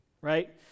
right